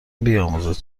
بیاموزند